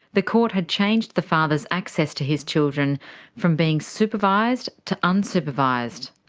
the court had changed the father's access to his children from being supervised to unsupervised.